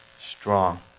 strong